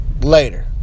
later